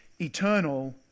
eternal